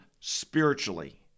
spiritually